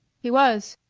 he was,